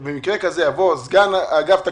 ישיבה בנושא חשוב כזה ולא לספור את ועדת כספים.